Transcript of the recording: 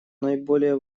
наиболее